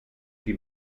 qui